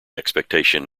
expectation